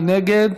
מי נגד?